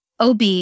OB